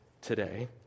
today